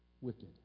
wicked